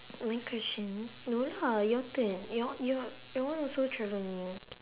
my question no lah your turn your your your one also travel anywhere